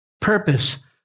purpose